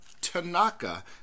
Tanaka